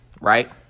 right